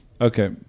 Okay